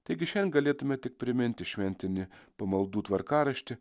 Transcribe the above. taigi šian galėtume tik priminti šventinį pamaldų tvarkaraštį